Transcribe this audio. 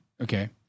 okay